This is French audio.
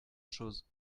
chose